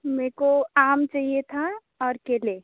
मेको आम चाहिए था और केले